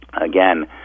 again